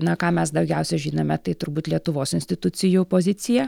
na ką mes daugiausia žinome tai turbūt lietuvos institucijų poziciją